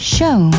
Show